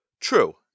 True